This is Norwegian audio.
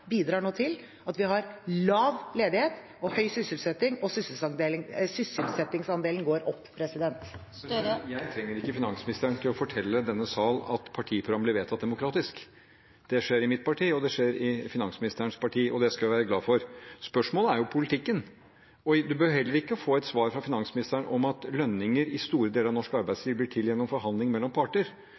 bidrar det nå til at vi har lav ledighet og høy sysselsetting, og sysselsettingsandelen går opp. Jeg trenger ikke finansministeren til å fortelle denne sal at partiprogrammer blir vedtatt demokratisk. Det skjer i mitt parti, og det skjer i finansministerens parti, og det skal vi være glade for. Spørsmålet er jo politikken. En behøver heller ikke få et svar fra finansministeren om at lønninger i store deler av norsk arbeidsliv blir til gjennom forhandling mellom parter.